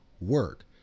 work